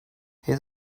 his